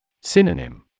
Synonym